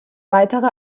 weitere